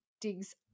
Digs